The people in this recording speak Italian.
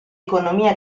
economia